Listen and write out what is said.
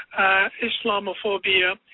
Islamophobia